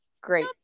great